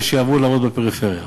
ויעברו לעבוד בפריפריה.